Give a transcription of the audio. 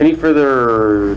any further